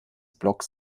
blocks